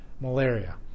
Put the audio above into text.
malaria